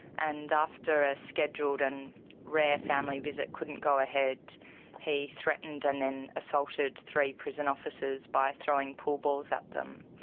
and after a scheduled and rare family visit couldn't go ahead he threatened and then assaulted three prison officers by throwing pool balls at them,